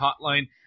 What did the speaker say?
Hotline